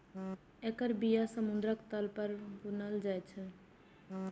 एकर बिया समुद्रक तल पर बुनल जाइ छै